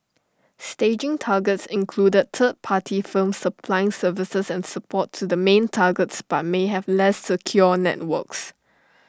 staging targets included third party firms supplying services and support to the main targets but may have less secure networks